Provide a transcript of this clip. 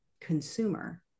consumer